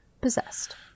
possessed